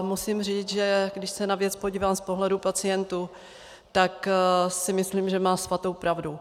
Musím říct, že když se na věc podívám z pohledu pacientů, tak si myslím, že má svatou pravdu.